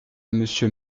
monsieur